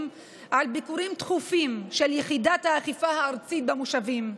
על ביקורים תכופים של יחידת האכיפה הארצית במושבים.